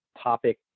topic